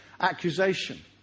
accusation